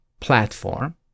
Platform